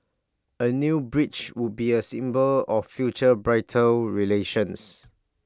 A new bridge would be A symbol of future bilateral relations